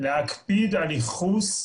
את בעד להשמיד את זיכרון יעקב.